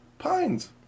Pines